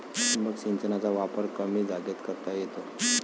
ठिबक सिंचनाचा वापर कमी जागेत करता येतो